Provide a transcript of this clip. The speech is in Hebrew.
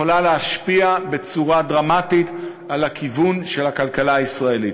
יכולה להשפיע בצורה דרמטית על הכיוון של הכלכלה הישראלית.